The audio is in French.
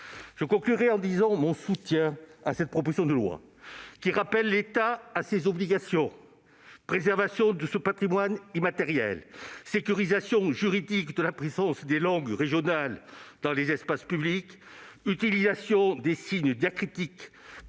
Je conclurai en disant mon soutien à cette proposition de loi, qui rappelle l'État à ses obligations : préservation de ce patrimoine immatériel, sécurisation juridique de la présence des langues régionales dans les espaces publics, utilisation des signes diacritiques,